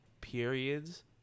periods